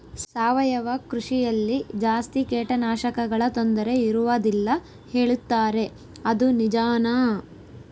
ಸಾವಯವ ಕೃಷಿಯಲ್ಲಿ ಜಾಸ್ತಿ ಕೇಟನಾಶಕಗಳ ತೊಂದರೆ ಇರುವದಿಲ್ಲ ಹೇಳುತ್ತಾರೆ ಅದು ನಿಜಾನಾ?